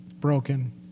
broken